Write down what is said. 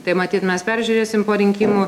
tai matyt mes peržiūrėsime po rinkimų